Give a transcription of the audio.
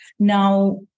Now